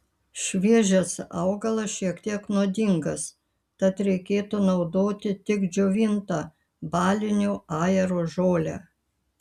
šviežias augalas šiek tiek nuodingas tad reikėtų naudoti tik džiovintą balinio ajero žolę